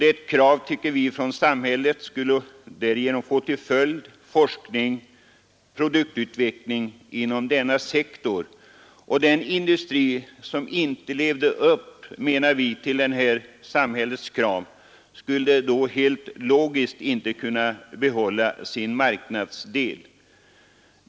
Ett krav från samhället på den här punkten skulle få till följd forskning och produktutveckling inom denna sektor. Den industri som inte levde upp till samhällets krav skulle sedan helt logiskt inte kunna behålla sin marknadsandel.